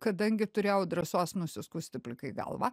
kadangi turėjau drąsos nusiskusti plikai galvą